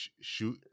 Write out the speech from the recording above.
shoot